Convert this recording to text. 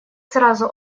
сразу